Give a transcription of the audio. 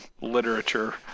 literature